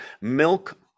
milk